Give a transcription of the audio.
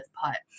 putt